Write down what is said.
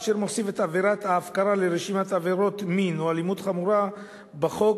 אשר מוסיף את עבירת ההפקרה לרשימת עבירות מין או אלימות חמורה בחוק